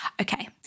Okay